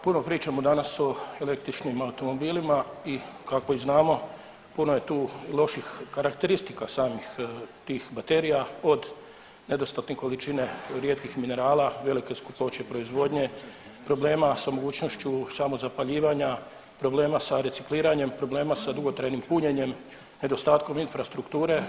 Puno pričamo danas o električnim automobilima i kako i znamo puno je tu loših karakteristika samih tih baterija od nedostatne količine rijetkih minerala, velike skupoće proizvodnje, problema sa mogućnošću samozapaljivanja, problema sa recikliranjem, problema sa dugotrajnim punjenjem, nedostatkom infrastrukture.